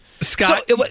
Scott